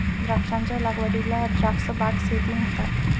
द्राक्षांच्या लागवडीला द्राक्ष बाग शेती म्हणतात